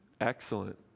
Excellent